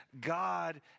God